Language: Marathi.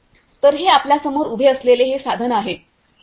तर हे आपल्या समोर उभे असलेले हे साधन आहे